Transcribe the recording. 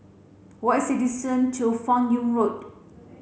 what is the distance to Fan Yoong Road